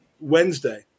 Wednesday